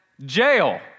jail